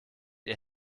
ihr